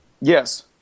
Yes